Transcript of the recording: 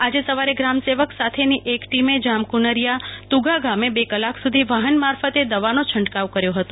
આજે સવારે ગ્રામસેવક સાથેની એક ટીમે જામકુનરિયા તુગા ગામે બે કલાક સુધી વાહન મારફતે દવાનું છંટકાવ કર્યો હતો